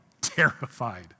Terrified